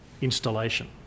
installation